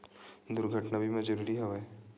दुर्घटना बीमा काबर जरूरी हवय?